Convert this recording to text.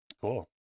Cool